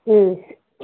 ಹ್ಞೂ